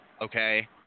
Okay